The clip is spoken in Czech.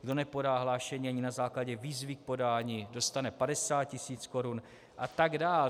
Kdo nepodá hlášení ani na základě výzvy k podání, dostane 50 tisíc korun atd.